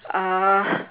uh